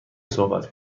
صحبت